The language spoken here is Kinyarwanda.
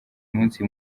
umunsi